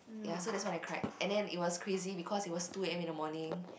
ya so that's when I cried and then it was crazy because it was two A_M in the morning